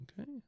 Okay